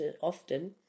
often